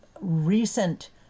recent